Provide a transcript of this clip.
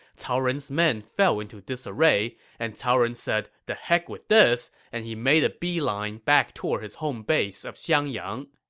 cao ren's men fell into disarray, and cao ren said, the heck with this, and made a beeline back toward his home base of xiangyang.